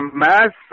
mass